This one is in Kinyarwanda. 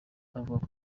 avuga